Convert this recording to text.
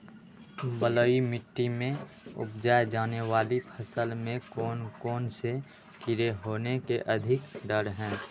बलुई मिट्टी में उपजाय जाने वाली फसल में कौन कौन से कीड़े होने के अधिक डर हैं?